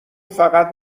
فقط